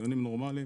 בדיונים נורמליים.